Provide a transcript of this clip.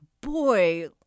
boy